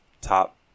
top